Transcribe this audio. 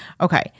Okay